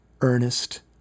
earnest